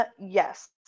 yes